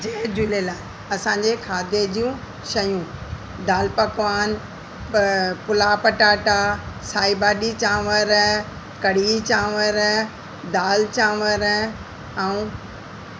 जय झूलेलाल असांजे खाधे जूं शयूं दालि पकवान पुला पटाटा साई भाॼी चांवर कढ़ी चांवरु दालि चांवरु ऐं